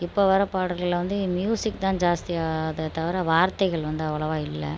இப்போ வர பாடல்களில் வந்து மியூசிக்தான் ஜாஸ்தியாதே தவிற வார்த்தைகள் வந்து அவ்ளோவாக இல்லை